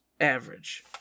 average